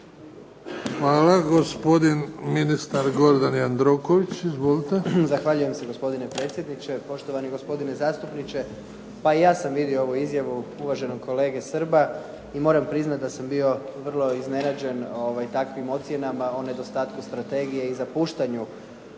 Hvala. Gospodin ministar Gordan Jandroković. Izvolite. **Jandroković, Gordan (HDZ)** Zahvaljujem se gospodine predsjedniče. Poštovani gospodine zastupniče. Pa i ja sam vidio ovu izjavu uvaženog kolege Srba i moram priznati da sam bio vrlo iznenađen takvim ocjenama o nedostatku strategije i zapuštanju